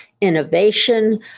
innovation